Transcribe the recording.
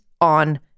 on